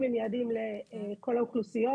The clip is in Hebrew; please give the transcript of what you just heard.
היעדים הם יעדים לכל האוכלוסיות.